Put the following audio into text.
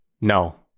No